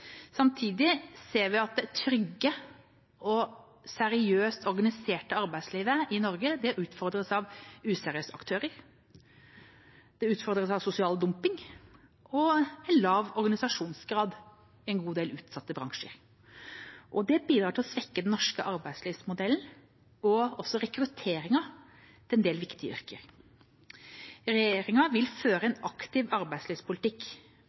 Samtidig ser vi at det trygge, seriøse og organiserte arbeidslivet i Norge utfordres av useriøse aktører, sosial dumping og lav organisasjonsgrad i en god del utsatte bransjer. Det bidrar til å svekke den norske arbeidslivsmodellen og rekrutteringen til en del viktige yrker. Regjeringa vil føre en aktiv arbeidslivspolitikk.